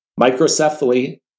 microcephaly